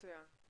מצוין.